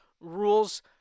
rules